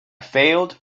failed